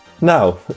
Now